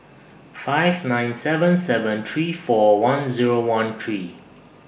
five nine seven seven three four one Zero one three